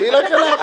שילך אליו.